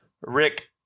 Rick